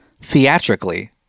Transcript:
Theatrically